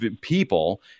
people